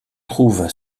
trouve